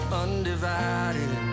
undivided